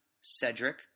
Cedric